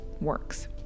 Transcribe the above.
works